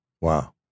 Wow